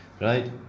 right